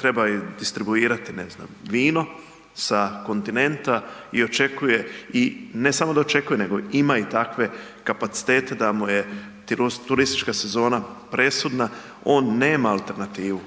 trebaju distribuirati, ne znam, vino sa kontinenta i očekuje i ne samo da očekuje nego ima i takve kapacitete da mu je turistička sezona presudna, on nema alternativu,